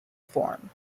form